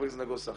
אתה